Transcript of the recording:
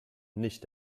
nicht